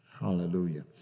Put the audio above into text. Hallelujah